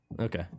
Okay